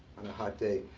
on a hot day.